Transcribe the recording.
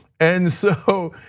and so,